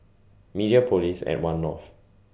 Mediapolis At one North